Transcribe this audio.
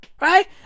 right